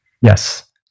Yes